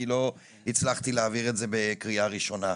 כי לא הצלחתי להעביר את זה בקריאה ראשונה.